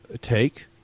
take